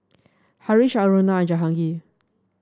Haresh Aruna Jahangir